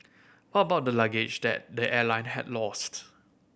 what about the luggage that the airline had lost